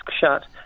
shut